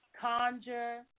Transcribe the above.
Conjure